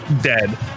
dead